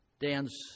Dan's